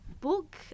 book